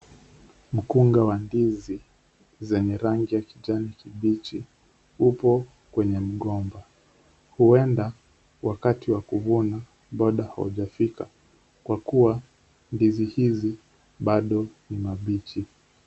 Mkungu wa ndizi zenye rangi ya kijani kibichi upo kwenye mgomba, huenda wakati wa kuvuna bado haujafika kwa kuwa ndizi hizi bado ni mbichi.